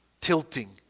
tilting